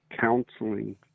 counseling